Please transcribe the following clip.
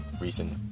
recent